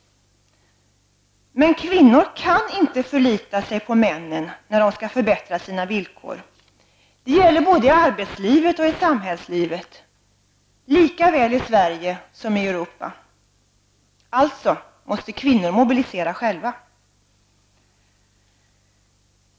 Men kvinnor kan inte förlita sig på männen när de skall förbättra sina villkor. Det gäller i både arbetslivet och samhällslivet lika väl i Sverige som i Europa. Alltså måste kvinnor mobilisera själva.